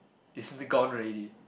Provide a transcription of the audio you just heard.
it's gone already